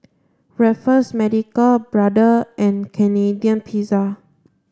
Raffles Medical Brother and Canadian Pizza